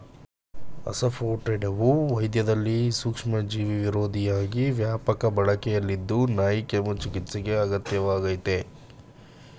ಅಸಾಫೋಟಿಡಾವು ವೈದ್ಯದಲ್ಲಿ ಸೂಕ್ಷ್ಮಜೀವಿವಿರೋಧಿಯಾಗಿ ವ್ಯಾಪಕ ಬಳಕೆಯಲ್ಲಿದ್ದು ನಾಯಿಕೆಮ್ಮು ಚಿಕಿತ್ಸೆಗೆ ಅಗತ್ಯ ವಾಗಯ್ತೆ